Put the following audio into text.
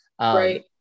Right